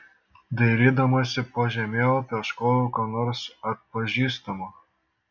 dairydamasi po žemėlapį ieškojau ko nors atpažįstamo